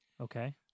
Okay